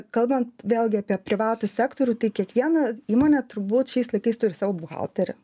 kalbant vėlgi apie privatų sektorių tai kiekviena įmonė turbūt šiais laikais turi savo buhalterį